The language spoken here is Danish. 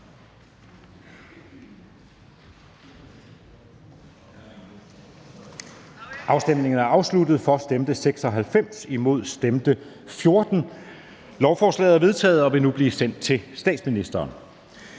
stemte 9 (LA), hverken for eller imod stemte 0. Lovforslaget er vedtaget og vil nu blive sendt til statsministeren.